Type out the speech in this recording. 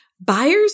Buyers